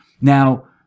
Now